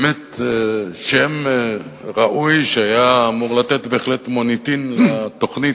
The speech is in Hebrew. באמת שם ראוי שהיה ראוי בהחלט לתת מוניטין לתוכנית.